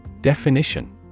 Definition